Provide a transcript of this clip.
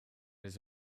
his